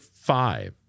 five